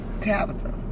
tabitha